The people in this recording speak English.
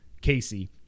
Casey